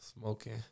smoking